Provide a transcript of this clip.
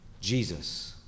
Jesus